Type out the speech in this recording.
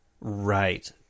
Right